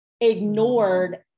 ignored